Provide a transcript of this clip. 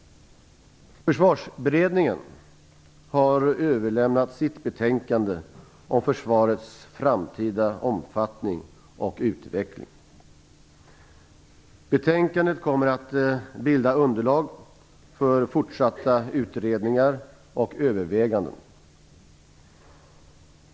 Försvarsberedningen har överlämnat sitt betänkande om försvarets framtida omfattning och utveckling. Betänkandet kommer att bilda underlag för fortsatta utredningar och överväganden.